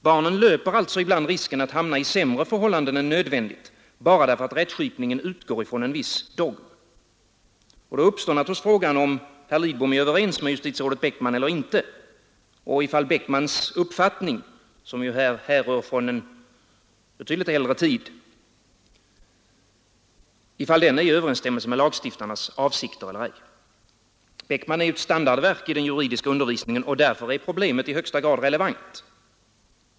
Barnen löper alltså ibland risken att hamna i sämre förhållanden än nödvändigt, bara därför att rättskipningen utgår från en viss dogm. Då uppstår naturligtvis frågan om herr Lidbom är överens med justitierådet Beckman eller inte och om Beckmans uppfattning — som ju härrör från en betydligt äldre tid — är i överensstämmelse med lagstiftarnas avsikter eller inte. Beckmans Svensk familjerättspraxis är ju ett standardverk i den juridiska undervisningen, och därför är problemet i högsta grad relevant.